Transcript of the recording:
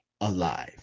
alive